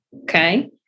Okay